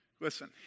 Listen